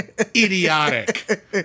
idiotic